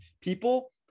people